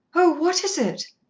oh, what is it?